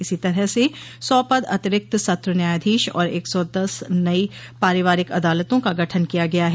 इसी तरह से सौ पद अतिरिक्त सत्र न्यायाधीश और एक सौ दस नई पारिवारिक अदालतों का गठन किया गया है